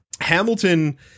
Hamilton